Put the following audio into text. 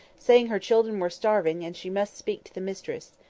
saying her children were starving, and she must speak to the mistress.